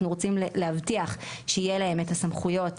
אנחנו רוצים להבטיח שיהיה להם את הסמכויות,